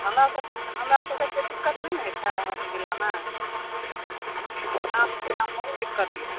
हमरा सब हमरा सबके एतेक दिक्कत नहि ने होइ छै हमरा सबके जिलामे अहाँके जिलामे बहुत दिक्कत यऽ